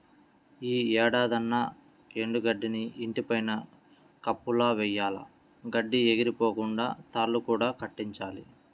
యీ ఏడాదన్నా ఎండు గడ్డిని ఇంటి పైన కప్పులా వెయ్యాల, గడ్డి ఎగిరిపోకుండా తాళ్ళు కూడా కట్టించాలి